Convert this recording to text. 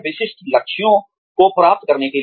विशिष्ट लक्ष्यों को प्राप्त करने के लिए